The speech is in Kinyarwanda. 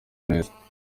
neza